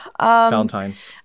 Valentine's